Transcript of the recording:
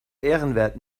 ehrenwert